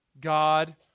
God